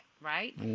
right